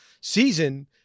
season